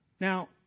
Now